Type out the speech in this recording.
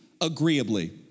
agreeably